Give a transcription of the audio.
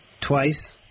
twice